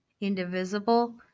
indivisible